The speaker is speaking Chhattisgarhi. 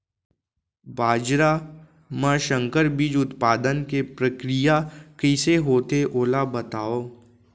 बाजरा मा संकर बीज उत्पादन के प्रक्रिया कइसे होथे ओला बताव?